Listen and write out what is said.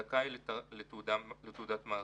זכאי לתעודת מערכה.